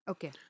Okay